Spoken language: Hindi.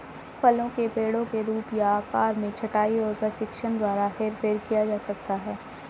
फलों के पेड़ों के रूप या आकार में छंटाई और प्रशिक्षण द्वारा हेरफेर किया जा सकता है